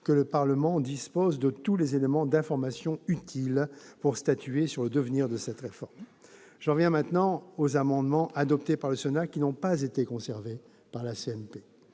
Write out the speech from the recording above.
que le Parlement dispose de tous les éléments d'information utiles pour statuer sur le devenir de cette réforme. J'en viens maintenant aux amendements adoptés par le Sénat qui n'ont pas été conservés en CMP.